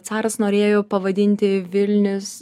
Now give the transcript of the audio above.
caras norėjo pavadinti vilnius